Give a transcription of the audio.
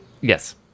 Yes